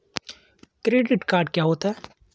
Credit card क्या होता है?